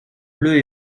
bleu